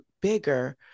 bigger